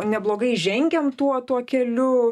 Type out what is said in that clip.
neblogai žengiam tuo tuo keliu